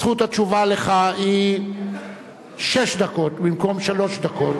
זכות התשובה לך היא שש דקות במקום שלוש דקות,